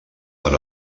per